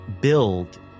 build